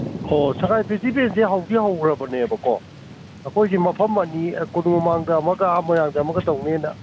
ꯍꯣ ꯁꯥꯉꯥꯏ ꯐꯦꯁꯇꯤꯕꯦꯜꯁꯤ ꯍꯧꯗꯤ ꯍꯧꯈ꯭ꯔꯕꯅꯦꯕꯀꯣ ꯑꯩꯈꯣꯏꯒꯤ ꯃꯐꯝ ꯑꯅꯤ ꯑꯥ ꯀꯣꯅꯨꯡ ꯃꯃꯥꯡꯗ ꯑꯃꯒ ꯑꯥ ꯃꯣꯏꯔꯥꯡꯗ ꯑꯃꯗ ꯇꯧꯅꯦꯅ